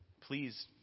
please